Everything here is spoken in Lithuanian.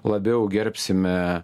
labiau gerbsime